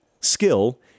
skill